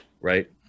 right